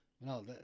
No